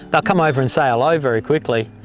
they'll come over and say hello very quickly,